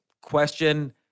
question